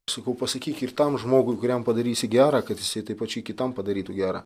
sakau pasakyk ir tam žmogui kuriam padarysi gera kad jisai taip pačiai kitam padarytų gera